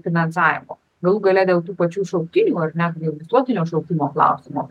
finansavimo galų gale dėl tų pačių šauktinių ar ne visuotinio šaukimo klausimo